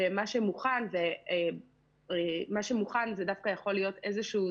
כי מה שמוכן דווקא יכול להיות זרז,